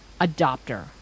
adopter